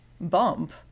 bump